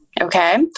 okay